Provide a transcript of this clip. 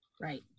right